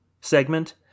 segment